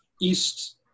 East